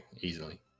easily